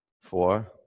four